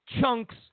chunks